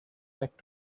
back